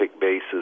basis